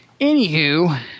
anywho